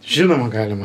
žinoma galima